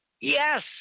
Yes